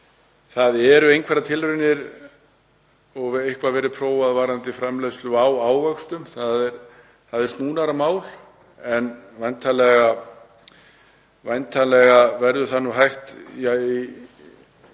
Það eru einhverjar tilraunir og eitthvað verið að prófa varðandi framleiðslu á ávöxtum. Það er snúnara mál en væntanlega verður það hægt í